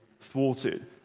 thwarted